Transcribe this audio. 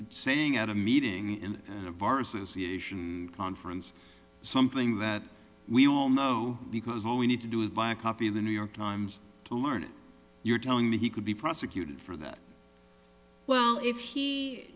releasing saying at a meeting in a bar association conference something that we all know because all we need to do is buy a copy of the new york times to learn it you're telling me he could be prosecuted for that well if he